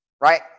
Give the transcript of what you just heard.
Right